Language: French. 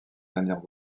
dernières